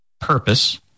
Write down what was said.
purpose